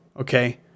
Okay